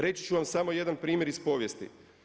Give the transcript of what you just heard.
Reći ću vam samo jedan primjer iz povijesti.